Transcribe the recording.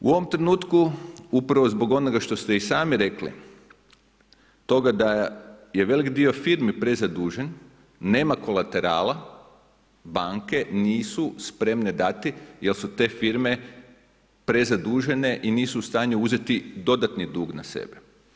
U ovom trenutku, upravo zbog onoga što ste i sami rekli, toga da je velik dio firmi prezadužen, nema kolaterala, banke nisu spremne dati jer su te firme prezadužene i nisu u stanju uzeti dodatni dug na sebe.